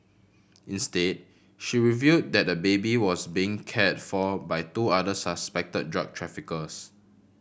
instead she revealed that the baby was being cared for by two other suspected drug traffickers